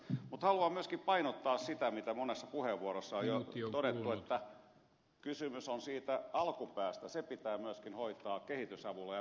mutta haluan myöskin painottaa sitä mitä monessa puheenvuorossa on jo todettu että kysymys on siitä alkupäästä se pitää myöskin hoitaa kehitysavulla ja muilla toimilla